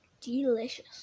Delicious